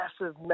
massive